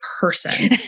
person